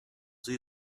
sie